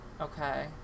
okay